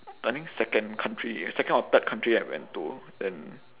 I think second country second or third country I went to then